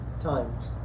times